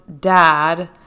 dad